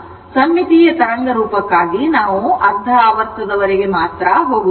ಸಮ್ಮಿತೀಯ ತರಂಗರೂಪಕ್ಕಾಗಿ ನಾವು ಅರ್ಧ ಆವರ್ತದವರೆಗೆ ಹೋಗುತ್ತೇವೆ